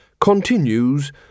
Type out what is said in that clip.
continues